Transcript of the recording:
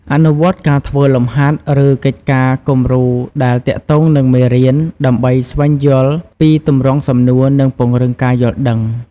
អនុវត្តការធ្វើលំហាត់ ឬកិច្ចការគំរូដែលទាក់ទងនឹងមេរៀន ដើម្បីស្វែងយល់ពីទម្រង់សំណួរ និងពង្រឹងការយល់ដឹង។